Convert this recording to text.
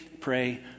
pray